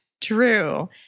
true